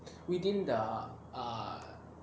within the err